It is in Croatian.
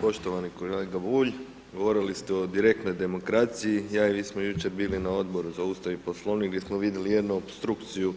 Poštovani kolega Bulj, govorili ste o direktnoj demokraciji, ja i vi smo jučer bili na Odboru za Ustav i Poslovnik gdje smo vidjeli jednu opstrukciju